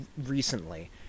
recently